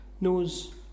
knows